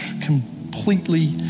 completely